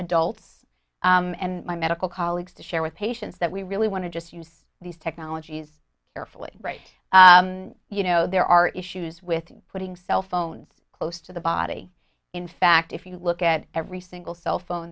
adults and my medical colleagues to share with patients that we really want to just use these technologies carefully you know there are issues with putting cell phones close to the body in fact if you look at every single cell phone